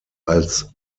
als